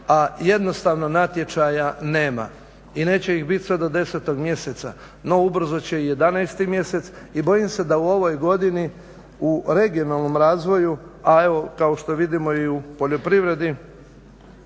a jednostavno natječaja nema i neće ih biti sve do 10. mjeseca no ubrzo će i 11. mjesec i bojim se da u ovoj godini, u regionalnom razvoju a evo kao što vidimo i u poljoprivredi